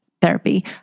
therapy